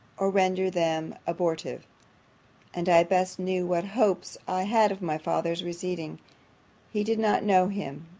or render them abortive and i best knew what hopes i had of my father's receding he did not know him,